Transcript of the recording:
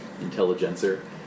Intelligencer